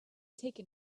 taken